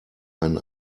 einen